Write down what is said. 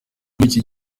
iki